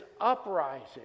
uprising